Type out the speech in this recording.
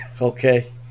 Okay